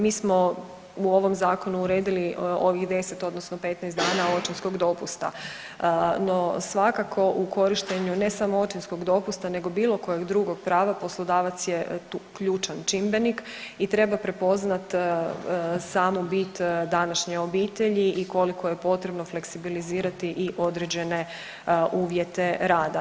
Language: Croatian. Mi smo u ovom Zakonu uredili ovih 10 odnosno 15 dana očinskog dopusta no svakako u korištenju, ne samo očinskog dopusta nego bilo kojeg drugog prava, poslodavac je tu ključan čimbenik i treba prepoznati samu bit današnje obitelji i koliko je potrebno fleksibilizirati i određene uvjete rada.